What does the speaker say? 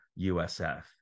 USF